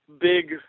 big